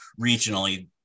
regionally